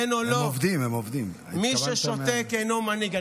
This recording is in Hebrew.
כן או לא, מי ששותק אינו מנהיג.